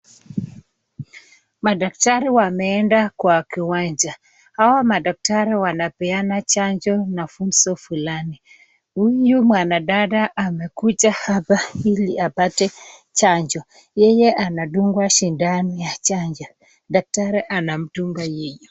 Madaktari wameenda kwa kiwnja, hawa madaktari wanapeana chanjo na funzo fulani, huyu mwanadada amekuja hapa hili apate chanjo, yeye anatungwa sindano ya chonjo daktari anatungwa yeye.